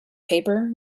paper